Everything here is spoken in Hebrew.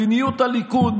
מדיניות הליכוד,